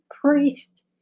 priest